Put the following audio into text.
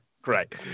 Great